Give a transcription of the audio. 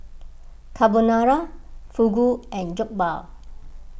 Carbonara Fugu and Jokbal